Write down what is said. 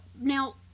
now